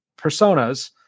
personas